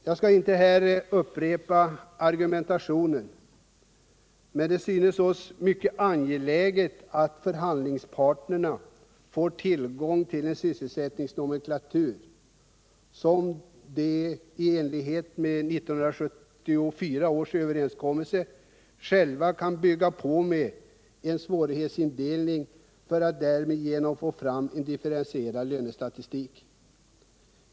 Jag skall inte här upprepa argumentationen, men det synes oss mycket angeläget att förhandlingsparterna får tillgång till en sysselsättningsnomenklatur som de —i enlighet med 1974 års överenskommelse — själva kan bygga på med en svårighetsindelning för att därigenom få fram en differentierad lönestatistik.